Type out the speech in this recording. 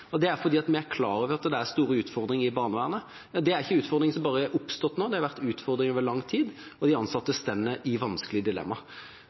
Det er fordi vi er klar over at det er store utfordringer i barnevernet. Det er ikke utfordringer som har oppstått bare nå, det har vært utfordringer over lang tid, og de ansatte